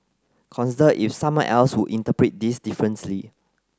consider if someone else would interpret this differently